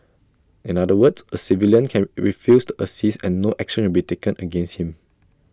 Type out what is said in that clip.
in other words A civilian can refuse to assist and no action will be taken against him